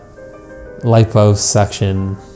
liposuction